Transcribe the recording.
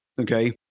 okay